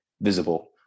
visible